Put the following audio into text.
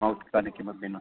मौक्तिकानि किमपि न